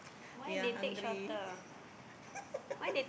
we are hungry